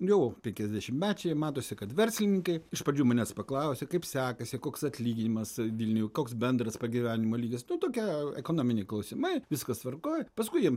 jau penkiasdešimtmečiai matosi kad verslininkai iš pradžių manęs paklausia kaip sekasi koks atlyginimas vilniuj koks bendras pragyvenimo lygis nu tokia ekonominiai klausimai viskas tvarkoj paskui jiem